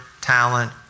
talent